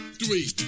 three